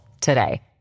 today